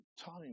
time